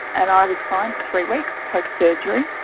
and i was fine for three weeks post-surgery.